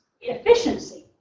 efficiency